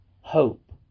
hope